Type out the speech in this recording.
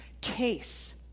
case